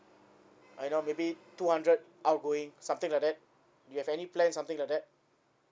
I know maybe two hundred outgoing something like that you have any plan something like that